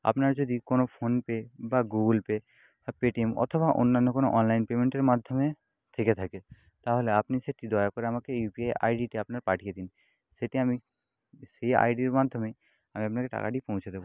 আপনার যদি কোনো ফোনপে বা গুগল পে বা পেটিএম অথাবা অন্যান্য কোনো অনলাইন পেমেন্টের মাধ্যমে থেকে থাকে তাহলে আপনি সেটি দয়া করে আমাকে উইপিআই আইডিটা আপনার পাঠিয়ে দিন সেটি আমি সেই আইডির মাধ্যমেই আমি আপনাকে টাকাটি পৌঁছে দেবো